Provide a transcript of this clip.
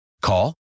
Call